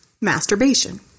masturbation